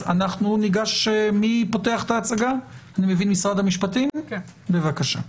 משרד המשפטים, ההצגה, בבקשה.